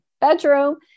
bedroom